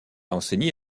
enseigné